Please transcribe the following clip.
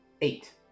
eight